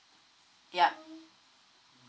yeah